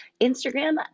Instagram